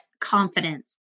confidence